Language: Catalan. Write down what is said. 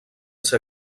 ser